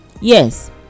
Yes